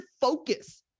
focus